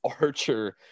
Archer